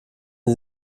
sie